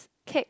cake